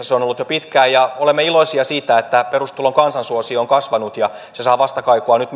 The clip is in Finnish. se on ollut jo pitkään olemme iloisia siitä että perustulon kansansuosio on kasvanut ja se saa nyt